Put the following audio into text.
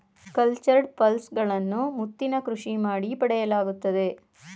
cultured pearls ಗಳನ್ನು ಮುತ್ತಿನ ಕೃಷಿ ಮಾಡಿ ಪಡೆಯಲಾಗುತ್ತದೆ